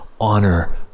honor